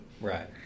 Right